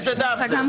הוא אומר: